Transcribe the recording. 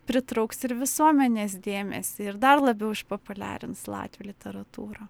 pritrauks ir visuomenės dėmesį ir dar labiau išpopuliarins latvių literatūrą